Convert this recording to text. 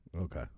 Okay